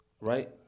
right